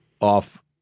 off